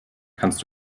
kannst